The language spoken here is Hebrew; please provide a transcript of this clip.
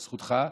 זכותך.